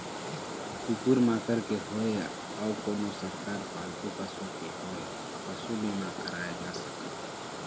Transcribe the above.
कुकुर माकर के होवय या अउ कोनो परकार पालतू पशु के होवय पसू बीमा कराए जा सकत हे